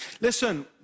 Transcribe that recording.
Listen